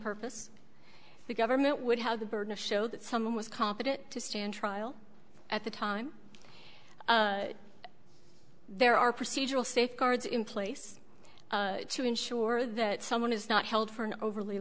purpose the government would have the burden to show that someone was competent to stand trial at the time there are procedural safeguards in place to ensure that someone is not held for an overly